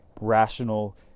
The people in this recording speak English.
rational